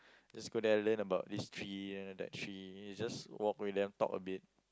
just go there learn about this tree then that tree it's just walk with them talk a bit